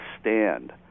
stand